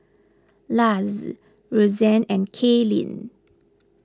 Luz Roxanne and Kaelyn